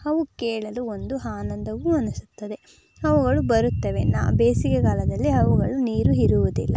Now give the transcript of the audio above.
ಅವು ಕೇಳಲು ಒಂದು ಆನಂದವೂ ಅನಿಸುತ್ತದೆ ಅವುಗಳು ಬರುತ್ತವೆ ನಾ ಬೇಸಿಗೆಗಾಲದಲ್ಲಿ ಅವುಗಳು ನೀರು ಇರುವುದಿಲ್ಲ